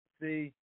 See